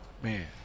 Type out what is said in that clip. Man